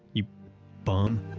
you bum.